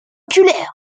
oculaires